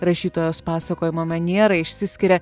rašytojos pasakojimo maniera išsiskiria